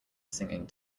singing